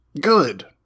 Good